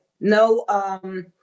no